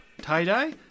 tie-dye